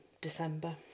December